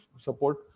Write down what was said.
support